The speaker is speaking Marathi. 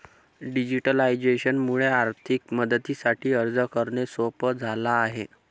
डिजिटलायझेशन मुळे आर्थिक मदतीसाठी अर्ज करणे सोप झाला आहे